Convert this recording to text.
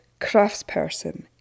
craftsperson